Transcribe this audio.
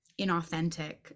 inauthentic